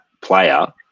player